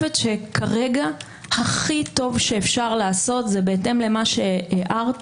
כרגע הכי טוב שאפשר לעשות זה בהתאם למה שהערת